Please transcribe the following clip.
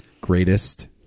Greatest